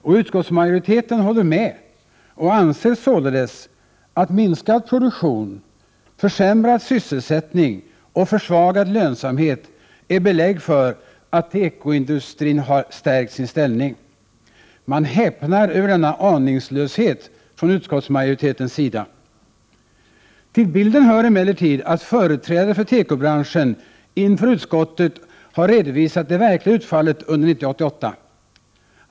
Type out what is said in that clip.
Och utskottsmajoriteten håller med och anser således att minskad produktion, försämrad sysselsättning och försvagad lönsamhet är belägg för att tekoindustrin har stärkt sin ställning. Man häpnar över denna aningslöshet från utskottsmajoritetens sida! Till bilden hör emellertid att företrädare för tekobranschen inför utskottet har redovisat det verkliga utfallet under 1988.